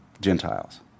Gentiles